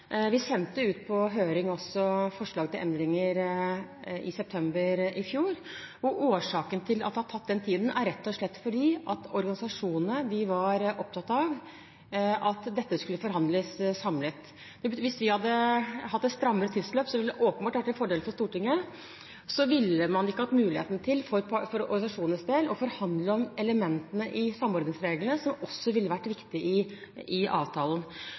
Vi sendte også forslag til endringer ut på høring i september i fjor. Årsaken til at det har tatt den tiden, er rett og slett at organisasjonene var opptatt av at dette skulle forhandles samlet. Hvis vi hadde hatt et strammere tidsløp, ville det åpenbart vært en fordel for Stortinget, men så ville man ikke hatt muligheten til, for organisasjonenes del, å forhandle om elementene i samordningsreglene, som også var viktig i avtalen.